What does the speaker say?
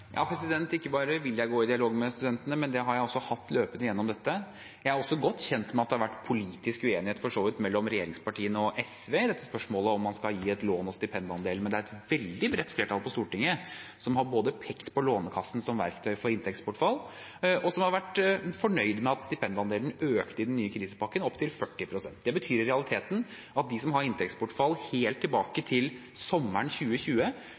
Ikke bare vil jeg gå i dialog med studentene, det har jeg også hatt løpende gjennom dette. Jeg er også godt kjent med at det har vært politisk uenighet for så vidt mellom regjeringspartiene og SV i spørsmålet om man skal gi et lån, og om stipendandelen, men det er et veldig bredt flertall på Stortinget som har både pekt på Lånekassen som verktøy for inntektsbortfall og vært fornøyd med at stipendandelen økte til 40 pst. i den nye krisepakken. Det betyr i realiteten at de som har inntektsbortfall helt tilbake til sommeren 2020,